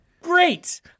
Great